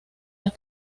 las